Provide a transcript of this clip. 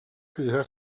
кыыһа